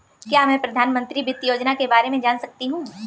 क्या मैं प्रधानमंत्री वित्त योजना के बारे में जान सकती हूँ?